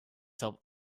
herself